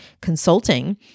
consulting